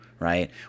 right